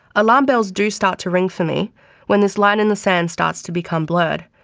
alarm bells do start to ring for me when this line in the sand starts to become blurred,